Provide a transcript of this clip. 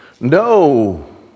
No